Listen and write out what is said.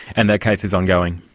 and that case is ongoing.